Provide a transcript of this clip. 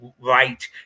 Right